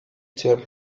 term